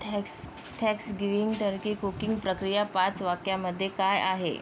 thanks Thanksgiving turkey cooking प्रक्रिया पाच वाक्यामध्ये काय आहे